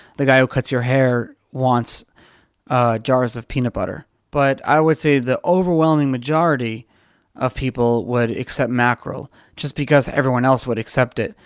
the guy who cuts your hair wants ah jars of peanut butter. but i would say the overwhelming majority of people would except mackerel just because everyone else would accept it.